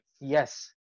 Yes